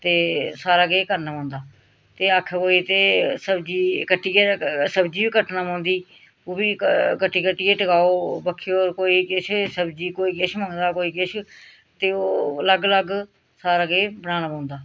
ते सारा किश करना पौंदा ते आक्खै कोई ते सब्ज़ी कट्टियै सब्ज़ी बी कट्टना पौंदी ओह् बी कट्टी कट्टियै टकाओ बक्खी होर कोई किश सब्जी कोई किश मंगदा कोई किश ते ओह् अलग अलग सारा किश बनाना पौंदा